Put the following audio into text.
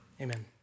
Amen